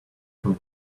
from